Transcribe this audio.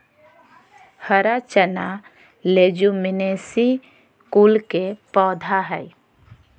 हरा चना लेज्युमिनेसी कुल के पौधा हई